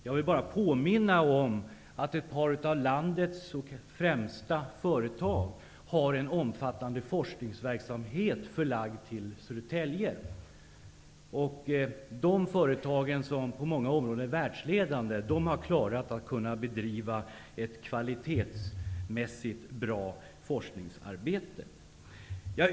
Jag vill bara påminna om att ett par av landets främsta företag har en omfattande forskningsverksamhet förlagd till Södertälje. Dessa företag, som på många områden är världsledande, har klarat av att driva ett kvalitetsmässigt bra forskningsarbete.